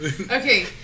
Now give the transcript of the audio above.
Okay